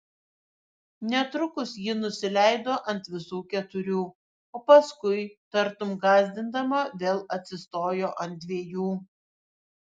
netrukus ji nusileido ant visų keturių o paskui tartum gąsdindama vėl atsistojo ant dviejų